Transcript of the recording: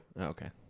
Okay